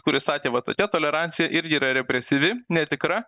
kuris sakė va tokia tolerancija ir yra represyvi netikra